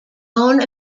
own